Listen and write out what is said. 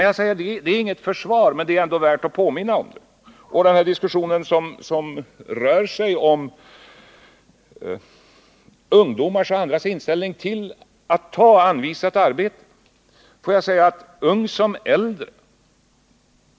Jag säger inte detta som något försvar, men det är ändå värt att påminna om det. Och får jag i den diskussion som rör sig om ungdomars och andras inställning till att ta anvisat arbete säga att den gäller såväl ung som äldre.